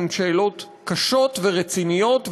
הן שאלות קשות ורציניות,